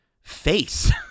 face